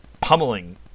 pummeling